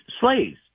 slaves